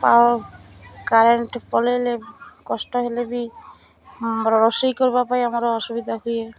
power current ପଳେଇଲେ କଷ୍ଟ ହେଲେ ବି ରୋଷେଇ କରିବା ପାଇଁ ଆମର ଅସୁବିଧା ହୁଏ